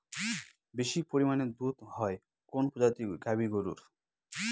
বেশি পরিমানে দুধ হয় কোন প্রজাতির গাভি গরুর?